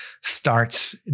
starts